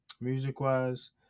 Music-wise